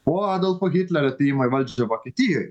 po adolfo hitlerio atėjimo į valdžią vokietijoj